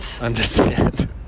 understand